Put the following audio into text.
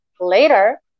later